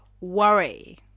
worry